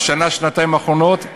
בשנה-שנתיים האחרונות,